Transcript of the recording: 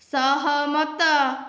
ସହମତ